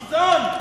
גזען.